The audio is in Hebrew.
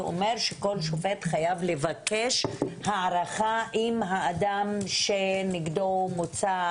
כל שופט חייב לבקש הערכה אם האדם שנגדו הוצא